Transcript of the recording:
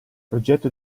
progetto